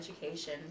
Education